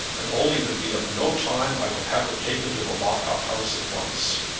and only that we have no time, i would have her taken to the lock-up house at once.